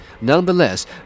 Nonetheless